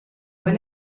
when